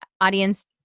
audience